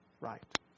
right